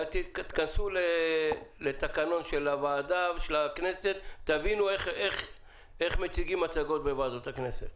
תיכנסו לתקנון הוועדה ושל הכנסת ותבינו איך מציגים מצגות בוועדות הכנסת.